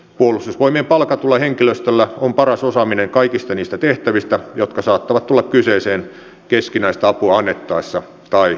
puolustusvoimien palkatulla henkilöstöllä on paras osaaminen kaikista niistä tehtävistä jotka saattavat tulla kyseeseen keskinäistä apua annettaessa tai vastaanotettaessa